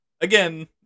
Again